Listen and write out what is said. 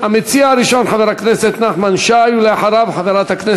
237, 238, 254, 256, 272, 277 ו-281.